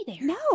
No